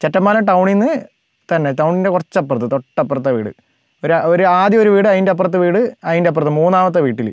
ചെറ്റപ്പാലം ടൗണിൽ നിന്ന് തന്നെ ടൗണിൻ്റെ കുറച്ച് അപ്പുറത്ത് തൊട്ടപ്പുറത്താണ് വീട് ഒരു ഒരു ആദ്യം ഒരു വീട് അതിൻ്റെ അപ്പുറത്ത് വീട് അതിൻ്റെ അപ്പുറത്ത് മൂന്നാമത്തെ വീട്ടില്